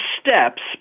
steps